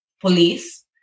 police